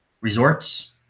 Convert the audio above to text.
Resorts